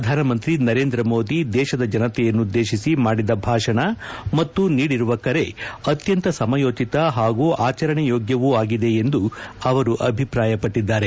ಪ್ರಧಾನಮಂತ್ರಿ ನರೇಂದ್ರ ಮೋದಿ ದೇಶದ ಜನತೆಯನ್ನುದ್ದೇಶಿಸಿ ಮಾಡಿದ ಭಾಷಣ ಮತ್ತು ನೀಡಿರುವ ಕರೆ ಅತ್ಯಂತ ಸಮಯೋಚಿತ ಹಾಗೂ ಆಚರಣೆಯೋಗ್ಯವೂ ಆಗಿದೆ ಎಂದು ಅವರು ಅಭಿಪ್ರಾಯಪಟ್ಟಿದ್ದಾರೆ